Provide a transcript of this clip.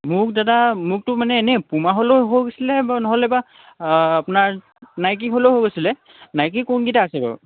মোক দাদা মোকতো মানে এনেই পুমা হ'লেও হ'ব হৈছিলে নহ'লে বা আপোনাৰ নাইকি হ'লেও হৈছিলে নাইকি কোনকেইটা আছে বাৰু